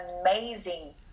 amazing